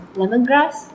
lemongrass